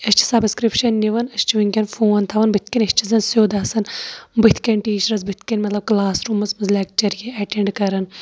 أسۍ چھِ سَبسکرپشن نِوان أسۍ چھِ وٕنکیٚن فون تھاوان بٕتھہِ کنۍ نہ أسۍ چھِ زَن سیٚود آسان بٕتھہِ کنۍ ٹیٖچرس بٕتھہِ کنۍ مطلب کَلاس ز روٗمَس منٛز لٮ۪کچر یہِ ایٹیٚنڈ کران